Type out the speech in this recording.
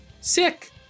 sick